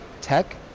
tech